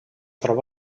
troba